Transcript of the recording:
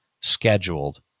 scheduled